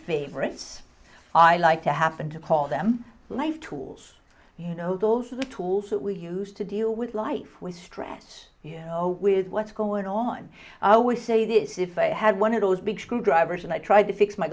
favorites i like to happen to call them life tools you know also the tools that we use to deal with life with stress you know with what's going on i will say this if i had one of those big screwdrivers and i tried to fix my